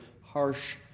harsh